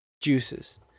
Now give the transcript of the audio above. juices